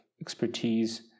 expertise